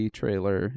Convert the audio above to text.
trailer